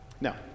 Now